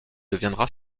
deviendra